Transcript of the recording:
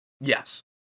Yes